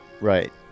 Right